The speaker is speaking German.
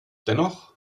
dennoch